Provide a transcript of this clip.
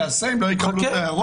חכה.